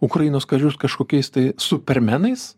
ukrainos karius kažkokiais tai supermenais